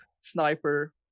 sniper